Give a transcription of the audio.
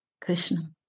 Krishna